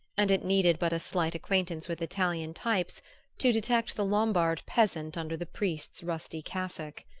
and it needed but a slight acquaintance with italian types to detect the lombard peasant under the priest's rusty cassock.